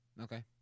Okay